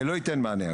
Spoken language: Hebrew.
זה לא ייתן מענה.